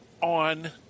on